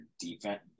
defense